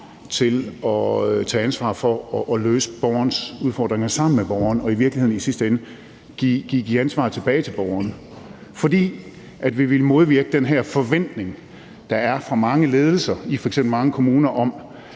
til at tage ansvar for at løse borgerens udfordringer sammen med borgeren og i virkeligheden i sidste ende give ansvaret tilbage til borgeren. For vi ville modvirke den her forventning, der er fra mange ledelser i f.eks. mange kommuner, om,